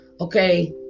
Okay